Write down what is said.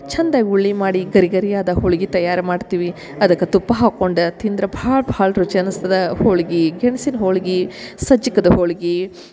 ಚೆಂದಾಗಿ ಹುರ್ಳಿ ಮಾಡಿ ಗರಿ ಗರಿಯಾದ ಹೋಳ್ಗಿ ತಯಾರು ಮಾಡ್ತೀವಿ ಅದಕ್ಕೆ ತುಪ್ಪ ಹಾಕೊಂಡು ತಿಂದ್ರ ಭಾಳ ಭಾಳ ರುಚಿ ಅನ್ಸ್ತದೆ ಹೋಳಿಗಿ ಗೆಣ್ಸಿನ ಹೋಳಿಗಿ ಸಜ್ಜಿಕದ ಹೋಳಿಗಿ